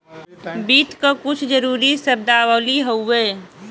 वित्त क कुछ जरूरी शब्दावली हउवे